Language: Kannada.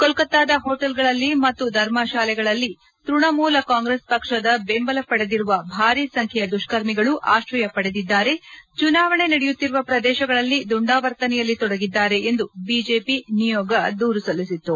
ಕೊಲ್ಲತಾದ ಹೊಟೆಲ್ಗಳಲ್ಲಿ ಮತ್ತು ಧರ್ಮಶಾಲೆಗಳಲ್ಲಿ ತ್ಪಣಮೂಲ ಕಾಂಗೈಸ್ ಪಕ್ಷದ ಬೆಂಬಲ ಪಡೆದಿರುವ ಭಾರಿ ಸಂಖ್ಯೆಯ ದುಷ್ಕರ್ಮಿಗಳು ಆಶ್ರಯ ಪಡೆದಿದ್ದಾರೆ ಚುನಾವಣೆ ನಡೆಯುತ್ತಿರುವ ಪ್ರದೇಶಗಳಲ್ಲಿ ದುಂಡಾವರ್ತನೆಯಲ್ಲಿ ತೊಡಗಿದ್ದಾರೆ ಎಂದು ಬಿಜೆಪಿ ನಿಯೋಗ ದೂರು ಸಲ್ಲಿಸಿತು